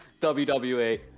WWE